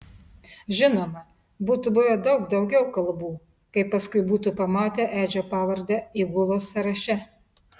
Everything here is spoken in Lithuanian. žinoma būtų buvę daug daugiau kalbų kai paskui būtų pamatę edžio pavardę įgulos sąraše